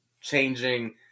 changing